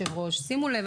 אדוני היושב ראש: שימו לב.